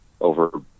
over